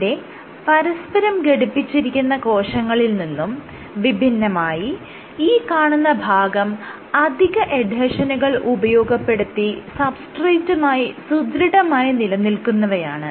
ഇവിടെ പരസ്പരം ഘടിപ്പിച്ചിരിക്കുന്ന കോശങ്ങളിൽ നിന്നും വിഭിന്നമായി ഈ കാണുന്ന ഭാഗം അധിക എഡ്ഹെഷനുകൾ ഉപയോഗപ്പെടുത്തി സബ്സ്ട്രേറ്റുമായി സുദൃഢമായി നിലനിൽക്കുന്നവയാണ്